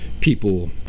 people